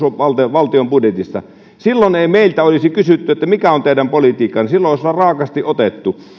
valtion budjetista silloin ei meiltä olisi kysytty että mikä on teidän politiikkanne silloin olisi vain raaasti otettu